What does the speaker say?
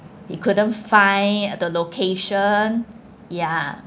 he couldn't find the location ya